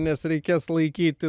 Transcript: nes reikės laikyti